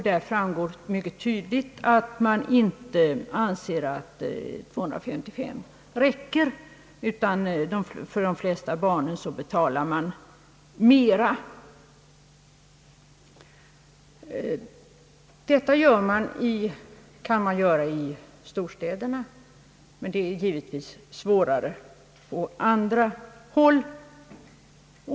Därav framgår mycket tydligt att man inte anser att 255 kronor räcker. För de flesta barnen betalar man mer. Detta kan man göra i storstäderna, men det är givetvis svårare på andra håll.